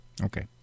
Okay